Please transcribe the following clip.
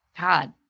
god